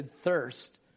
thirst